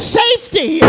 safety